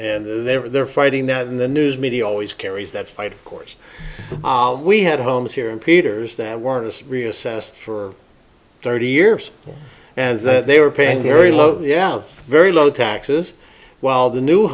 and they're fighting that in the news media always carries that fight of course we had homes here in peter's that weren't as reassessed for thirty years and that they were paying very low yeah very low taxes while the new